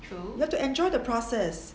you have to enjoy the process